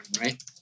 right